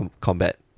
combat